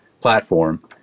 platform